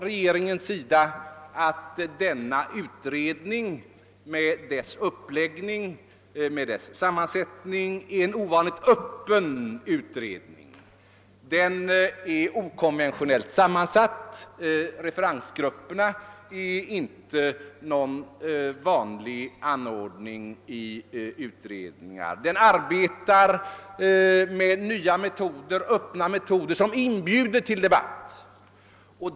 Regeringen hävdar att denna utredning med dess uppläggning och sammansättning är ovanligt öppen. Den är okonventionellt sammansatt; referensgrupper är inte någon vanlig anordning i utredningar. Denna utredning arbetar med nya öppna metoder, som inbjuder till debatt.